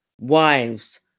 wives